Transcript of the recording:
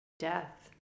Death